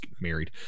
married